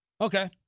Okay